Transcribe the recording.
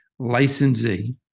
Licensee